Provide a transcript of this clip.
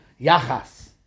yachas